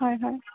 হয় হয়